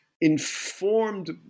informed